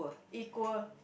equal